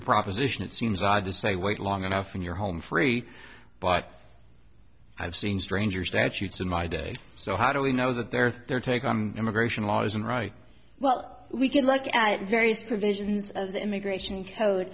the proposition it seems odd to say wait long enough when you're home free but i've seen stranger statutes in my day so how do we know that there are thirty immigration laws and right well we can look at various provisions of the immigration code